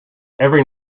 every